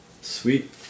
Sweet